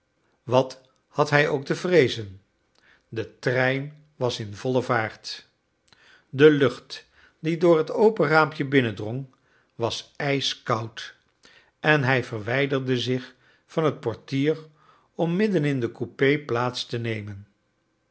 wat had hij ook te vreezen de trein was in volle vaart de lucht die door het open raampje binnendrong was ijskoud en hij verwijderde zich van het portier om middenin de coupé plaats te nemen